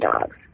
dogs